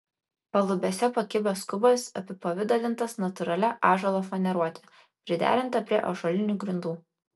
palubėse pakibęs kubas apipavidalintas natūralia ąžuolo faneruote priderinta prie ąžuolinių grindų